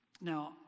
Now